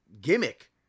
gimmick